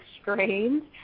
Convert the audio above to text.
strange